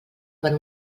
per